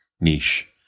niche